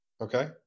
Okay